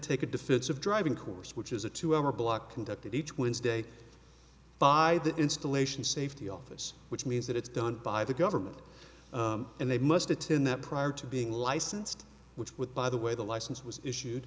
take a defensive driving course which is a two hour block conducted each wednesday by the installation safety office which means that it's done by the government and they must attend that prior to being licensed which with by the way the license was issued